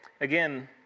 again